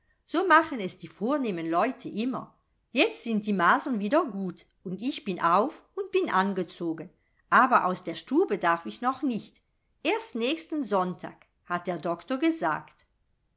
so machen es die vornehmen leute immer jetzt sind die masern wieder gut und ich bin auf und bin angezogen aber aus der stube darf ich noch nicht erst nächsten sonntag hat der doktor gesagt